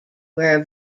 where